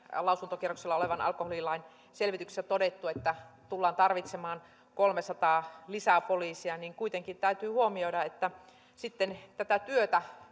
lausuntokierroksella olevan alkoholilain selvityksessä on todettu että tullaan tarvitsemaan kolmesataa poliisia lisää niin kuitenkin täytyy huomioida että tätä